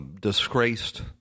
disgraced